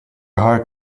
heart